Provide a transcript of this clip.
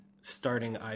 starting